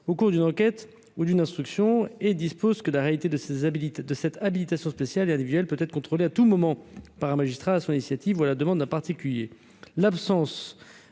au cours d'une enquête ou d'une instruction et dispose que la réalité de ces habilite de cette habilitation spéciale et individuelle peut être contrôlé à tout moment par un magistrat à son initiative ou à la demande, en particulier